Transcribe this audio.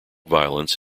violence